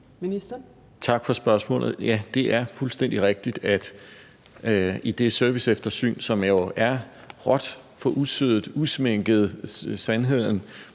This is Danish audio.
Tak for spørgsmålet. Ja, det er fuldstændig rigtigt, at det i det serviceeftersyn, som jo er råt for usødet, usminket, sandheden